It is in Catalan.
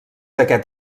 aquest